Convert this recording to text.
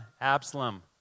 Absalom